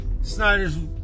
Snyder's